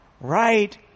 Right